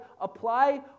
apply